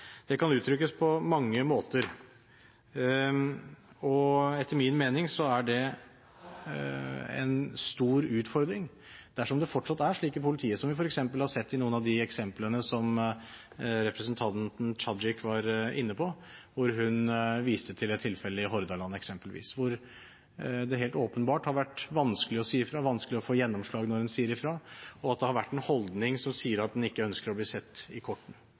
Det kan uttrykkes på mange måter, og etter min mening er det en stor utfordring dersom det fortsatt er slik i politiet, som vi f.eks. har sett i noen av de eksemplene som representanten Tajik var inne på, hvor hun f.eks. viste til et tilfelle i Hordaland, hvor det helt åpenbart har vært vanskelig å si ifra, vanskelig å få gjennomslag når en sier ifra, og hvor det har vært en holdning som sier at en ikke ønsker å bli sett i kortene.